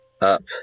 up